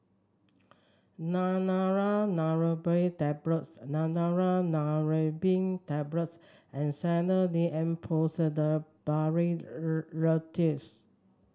Neurobion Tablets Neurobion Tablets and Sedilix D M Pseudoephrine Linctus